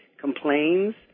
complains